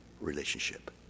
Relationship